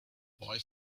boy